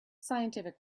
scientific